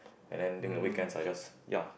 and then during the weekend I just ya